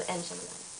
אבל אין שם את זה.